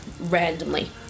randomly